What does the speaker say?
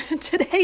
Today